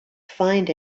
find